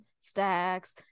stacks